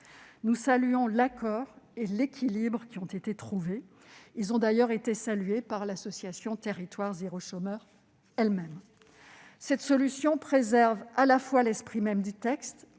Nous saluons l'accord et l'équilibre trouvés. Ils ont d'ailleurs été salués par l'association Territoires zéro chômeur de longue durée elle-même. Cette solution préserve à la fois l'esprit même du texte